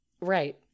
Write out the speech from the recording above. Right